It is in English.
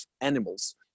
animals